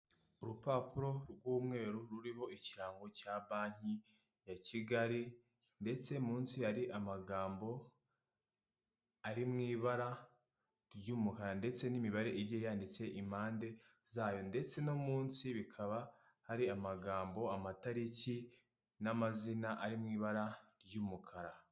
Ikiraro kinini gikomeye gifite umuhanda hejuru n'undi muhanda uca munsi yacyo, hejuru hari kunyuramo ikinyabiziga gitwara abagenzi, munsi y'ikiraro hari umuhanda uri kunyuramo ibinyabiziga bitandukanye harimo imodoka, ipikipiki n'amagare.